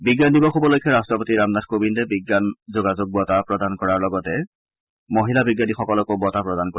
বিজ্ঞান দিৱস উপলক্ষে ৰাষ্ট্ৰপতি ৰামনাথ কোবিন্দে বিজ্ঞান যোগাযোগ বঁটা প্ৰদান কৰাৰ লগতে মহিলা বিজ্ঞানীসকলকো বঁটা প্ৰদান কৰিব